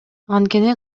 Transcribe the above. анткени